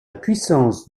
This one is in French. puissance